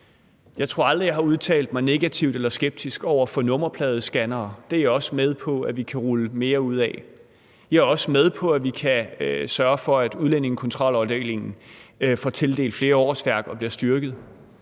Jeg tror aldrig, jeg har udtalt mig negativt eller skeptisk over for nummerpladescannere; det er jeg også med på at vi kan rulle mere ud af. Jeg er også med på, at vi kan sørge for, at udlændingekontrolafdelingen får tildelt flere årsværk og bliver styrket.